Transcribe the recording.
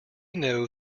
know